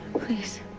Please